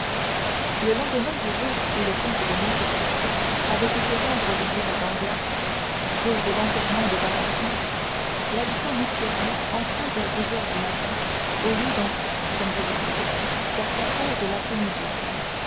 le lendemain du jour où le comte de monte cristo avait été rendre visite à danglars jour de l'enterrement de valentine l'habitant mystérieux entra vers dix heures du matin au lieu d'entrer comme d'habitude vers quatre heures de l'après-midi